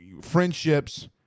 friendships